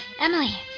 Emily